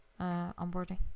onboarding